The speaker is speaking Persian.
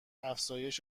افزایش